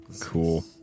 cool